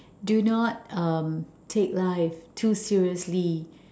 do not uh take life too seriously